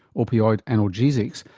opioid analgesics,